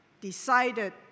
decided